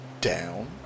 down